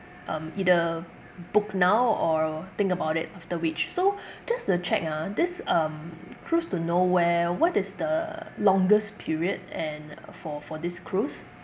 um either book now or think about it after which so just to check ah this um cruise to nowhere what is the longest period and for for this cruise